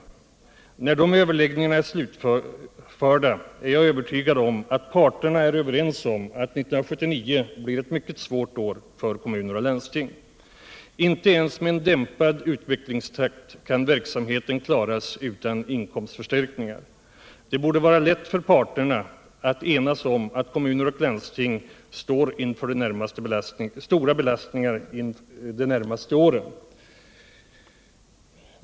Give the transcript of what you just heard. Jag är övertygad om att när de överläggningarna är slutförda, är parterna överens om att 1979 blir ett mycket svårt år för kommuner och landsting. Inte ens med en dämpad utvecklingstakt kan verksamheten klaras utan inkomstförstärkningar. Det borde vara lätt för parterna att enas om att kommuner och landsting står inför stora belastningar de närmaste åren.